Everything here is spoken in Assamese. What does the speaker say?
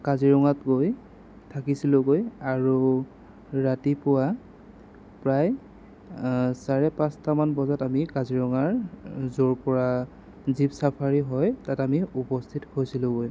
কাজিৰঙাত গৈ থাকিছিলোঁগৈ আৰু ৰাতিপুৱা প্ৰায় চাৰে পাঁচটামান বজাত আমি কাজিৰঙাৰ য'ৰপৰা জীপ চাফাৰী হয় তাত আমি উপস্থিত হৈছিলোঁগৈ